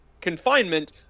Confinement